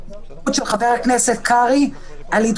להסתייגות של חבר הכנסת קרעי לעניין